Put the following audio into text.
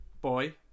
boy